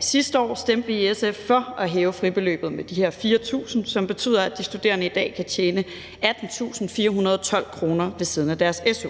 Sidste år stemte vi i SF for at hæve fribeløbet med de her 4.000 kr., som betyder, at de studerende i dag kan tjene 18.412 kr. ved siden af deres su.